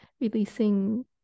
releasing